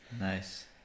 Nice